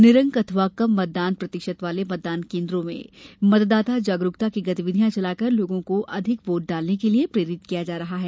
निरंक अथवा कम मतदान प्रतिशत वाले मतदान केन्द्रों में मतदाता जागरूकता की गतिविधियां चलाकर लोगों को अधिक वोट डालने के लिये प्रेरित किया जा रहा है